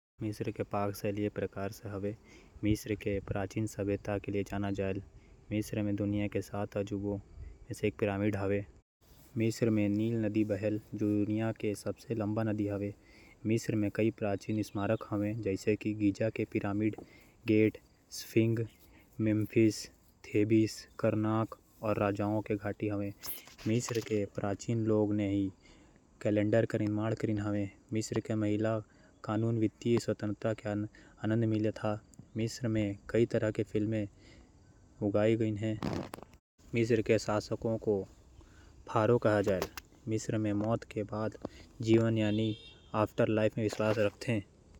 मिस्र के व्यंजन विविध हावयं। मिस्र के हर क्षेत्र के अपन विशेष पाक परंपरा हावय। मिस्र के कुछ लोकप्रिय व्यंजन ये हावयं। चाउर भरवां सब्जी, हुम्मस, फलाफेल, शावरमा। कबाब, कोफ्ता, कोषारी, मोलोखिया, फेसिक।